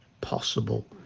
possible